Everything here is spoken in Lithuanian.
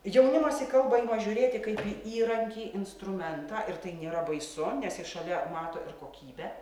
jaunimas į kalbą ima žiūrėti kaip įrankį instrumentą ir tai nėra baisu nes jie šalia mato ir kokybę